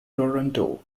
toronto